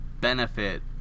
benefit